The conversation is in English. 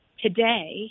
today